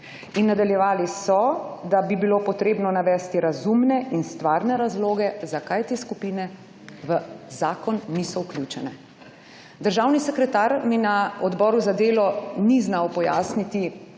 Nadaljevali so, da bi bilo potrebno navesti razumne in stvarne razloge zakaj ste skupine v zakon niso vključene. Državni sekretar mi na Odboru za delo ni znal pojasniti